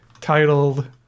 titled